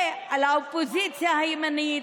ועל האופוזיציה הימנית,